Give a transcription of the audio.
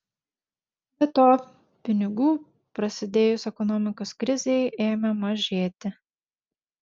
be to pinigų prasidėjus ekonomikos krizei ėmė mažėti